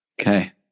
Okay